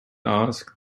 asked